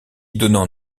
donnant